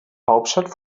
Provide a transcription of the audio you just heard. hauptstadt